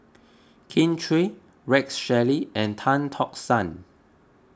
Kin Chui Rex Shelley and Tan Tock San